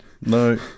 no